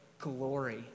glory